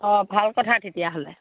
অঁ ভাল কথা তেতিয়াহ'লে